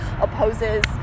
opposes